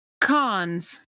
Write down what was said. cons